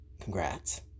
Congrats